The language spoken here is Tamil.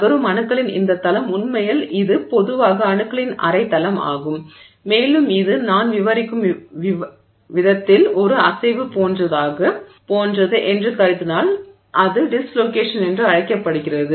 நகரும் அணுக்களின் இந்த தளம் உண்மையில் இது பொதுவாக அணுக்களின் அரை தளம் ஆகும் மேலும் இது நான் விவரிக்கும் விதத்தில் ஒரு அசைவு போன்றது என்று கருதினால் அது டிஸ்லோகேஷன் என்று அழைக்கப்படுகிறது